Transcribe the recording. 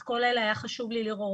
את כל אלה היה חשוב לי לראות.